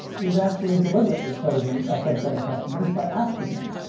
we've actually deliberately chosen a subset of customers by asking them.